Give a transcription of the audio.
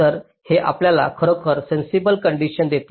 तर हे आपल्याला खरोखर सेन्सिबलची कंडिशन देते